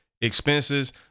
expenses